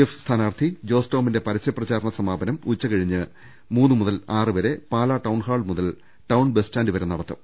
F സ്ഥാനാർത്ഥി ജോസ് ടോമിന്റെ പരസ്യപ്ര ചാരണ സമാപനം ഉച്ചകഴിഞ്ഞ് മൂന്നു മുതൽ ആറുവരെപാലാ ടൌൺ ഹാൾ മുതൽ ടൌൺ ബസ് സ്റ്റാൻഡ് വരെ നടക്കും